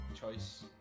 choice